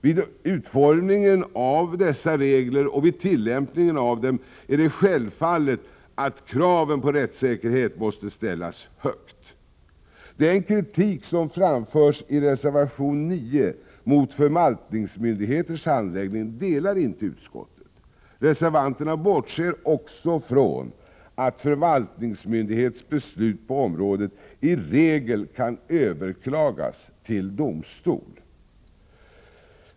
Vid utformningen av reglerna för detta och vid tillämpningen av dem måste kraven på rättssäkerhet självfallet ställas högt. Den kritik som framförs i reservation 9 mot förvaltningsmyndigheters handläggning delar inte utskottet. Reservanterna bortser också från att förvaltningsmyndighets beslut på området i regel kan överklagas till domstol.